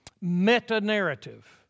meta-narrative